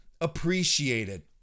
appreciated